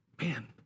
man